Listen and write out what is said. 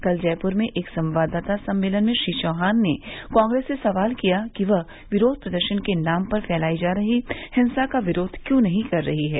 कल जयपुर में एक संवाददाता सम्मेलन में श्री चौहान ने कांग्रेस से सवाल किया कि वह विरोध प्रदर्शन के नाम पर फैलाई जा रही हिंसा का विरोध क्यों नहीं कर रही है